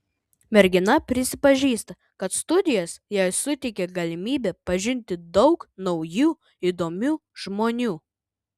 mergina prisipažįsta kad studijos jai suteikė galimybę pažinti daug naujų įdomių žmonių